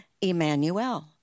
Emmanuel